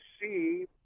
see